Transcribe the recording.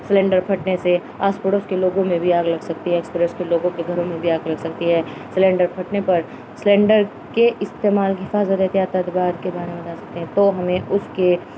cylinder پھٹنے سے آس پڑوس کے لوگوں میں بھی آگ لگ سکتی ہے ایکسپریس کے لوگوں کے گھروں میں بھی آگ لگ سکتی ہے سلینڈر پھٹنے پر سلینڈر کے استعمال حفاظتت یا تعدبار کے بارے میں بتا سکتے ہیں تو ہمیں اس کے